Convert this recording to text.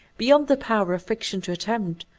beyond the power of fiction to attempt.